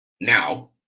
Now